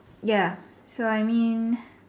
ya so I mean